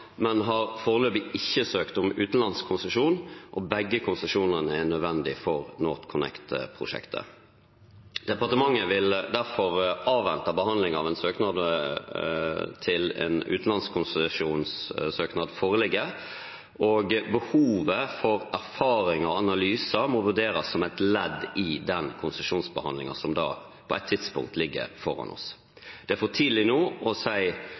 men har foreløpig ikke søkt om utenlandskonsesjon, og begge konsesjonene er nødvendige for NorthConnect-prosjektet. Departementet vil derfor avvente behandling av en søknad til en utenlandskonsesjonssøknad foreligger, og behovet for erfaring og analyser må vurderes som et ledd i den konsesjonsbehandlingen som da på et tidspunkt ligger foran oss. Det er for tidlig nå å